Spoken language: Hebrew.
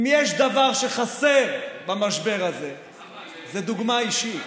אם יש דבר שחסר במשבר הזה זה דוגמה אישית,